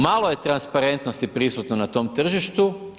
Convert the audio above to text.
Malo je transparentnosti prisutno na tom tržištu.